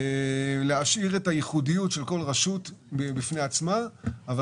להשאיר את הייחודיות של כל רשות בפני עצמה אבל